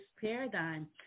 paradigm